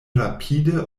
rapide